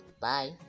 Bye